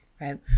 right